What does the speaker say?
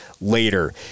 later